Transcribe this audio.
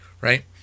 right